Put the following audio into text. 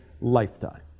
lifetime